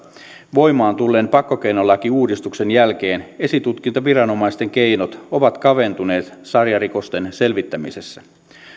voimaan tulleen pakkokeinolakiuudistuksen jälkeen esitutkintaviranomaisten keinot ovat kaventuneet sarjarikosten selvittämisessä